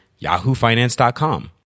yahoofinance.com